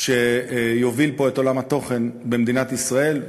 שיוביל את עולם התוכן במדינת ישראל,